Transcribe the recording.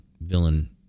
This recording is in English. villain